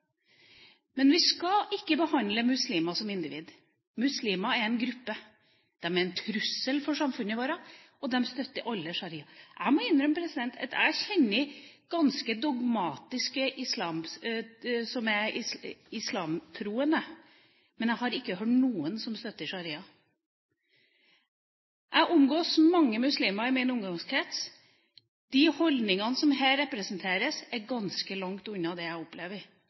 men vi skal ikke behandle muslimer som individer. Muslimer er en gruppe. De er en trussel for samfunnet vårt, og de støtter alle sharia. Jeg må innrømme at jeg kjenner troende islamister som er ganske dogmatiske, men jeg har ikke hørt noen som støtter sharia. Jeg omgås mange muslimer i min omgangskrets. De holdningene som her representeres, er ganske langt unna det jeg opplever.